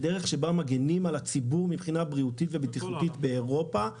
בדרך שבה מגנים על הציבור מבחינה בריאותית ובטיחותית באירופה,